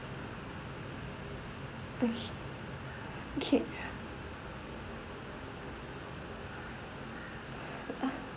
okay okay uh